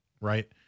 right